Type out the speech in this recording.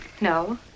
No